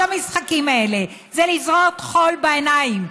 כל המשחקים האלה זה לזרות חול בעיניים,